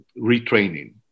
retraining